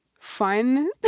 fun